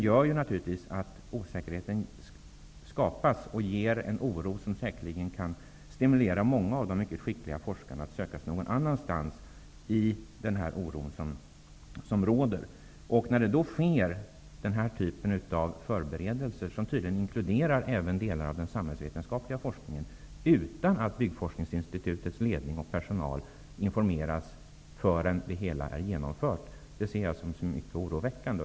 Det gör naturligtvis att osäkerhet och oro skapas, vilket säkerligen kan stimulera många av de mycket skickliga forskarna att söka sig någon annanstans. Att det görs den här typen av förberedelser, som tydligen även inkluderar delar av den samhällsvetenskapliga forskningen, utan att Byggforskningsinstitutets ledning och personal informeras förrän det hela är genomfört ser jag som mycket oroväckande.